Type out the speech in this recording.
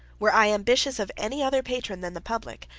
were i ambitious of any other patron than the public,